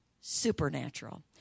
supernatural